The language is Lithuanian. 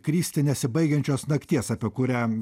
kristi nesibaigiančios nakties apie kurią